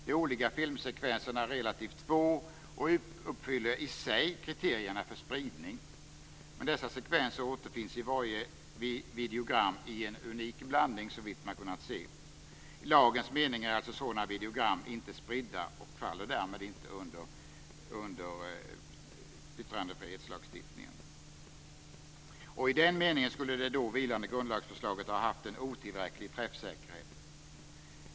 De olika filmsekvenserna är relativt få och uppfyller i sig kriterierna för spridning. Men dessa sekvenser återfinns i varje videogram i en unik blandning, såvitt man kunnat se. I lagens mening är alltså sådana videogram inte spridda och faller därmed inte under yttrandefrihetslagstiftningen. I den meningen skulle det då vilande grundlagsförslaget ha haft en otillräcklig träffsäkerhet.